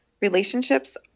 relationships